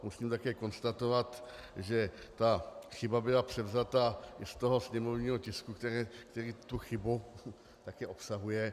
Musím také konstatovat, že ta chyba byla převzata už z toho sněmovního tisku, který tu chybu také obsahuje.